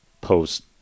post